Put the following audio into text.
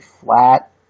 flat